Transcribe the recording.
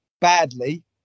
badly